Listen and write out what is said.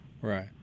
Right